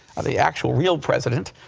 the actual real mrpresident,